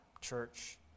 Church